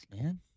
man